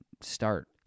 start